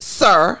sir